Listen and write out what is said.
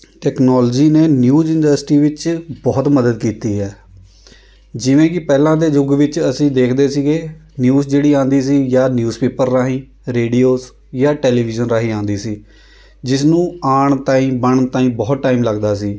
technology ਨੇ news industry ਵਿੱਚ ਬਹੁਤ ਮਦਦ ਕੀਤੀ ਹੈ ਜਿਵੇਂ ਕਿ ਪਹਿਲਾਂ ਦੇ ਯੁੱਗ ਵਿੱਚ ਅਸੀਂ ਦੇਖਦੇ ਸੀਗੇ ਨਿਊਜ਼ ਜਿਹੜੀ ਆਉਂਦੀ ਸੀ ਜਾਂ ਨਿਊਜ਼ ਪੇਪਰ ਰਾਹੀਂ ਰੇਡੀਓਸ ਜਾਂ ਟੈਲੀਵਿਜ਼ਨ ਰਾਹੀਂ ਆਉਂਦੀ ਸੀ ਜਿਸ ਨੂੰ ਆਉਣ ਤਾਂਈ ਬਣਨ ਤਾਂਈ ਬਹੁਤ ਟਾਈਮ ਲੱਗਦਾ ਸੀ